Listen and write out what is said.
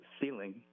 ceiling